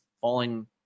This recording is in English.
falling